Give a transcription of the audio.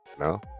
No